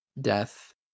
death